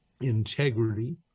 integrity